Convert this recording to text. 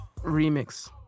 Remix